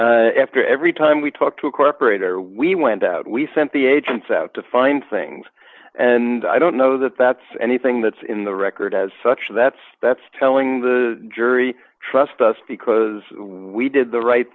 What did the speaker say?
after every time we talk to a corporator we went out we sent the agents out to find things and i don't know that that's anything that's in the record as such that's that's telling the jury trust us because we did the right